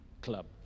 club